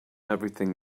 everything